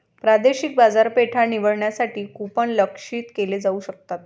प्रादेशिक बाजारपेठा निवडण्यासाठी कूपन लक्ष्यित केले जाऊ शकतात